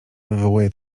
wywołuje